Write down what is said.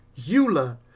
Eula